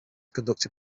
conducted